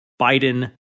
Biden